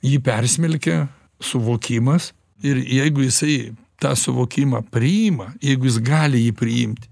jį persmelkė suvokimas ir jeigu jisai tą suvokimą priima jeigu jis gali jį priimti